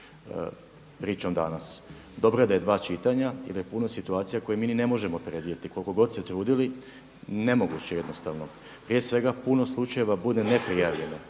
pričom danas. Dobro je da je dva čitanja, jer je puno situacija koje mi ni ne možemo predvidjeti koliko god se truditi nemoguće je jednostavno. Prije svega puno slučajeva bude neprijavljeno